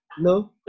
no